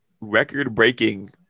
record-breaking